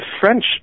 French